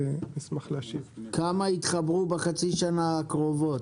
כמה התחברו בחצי השנה האחרון.